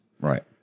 Right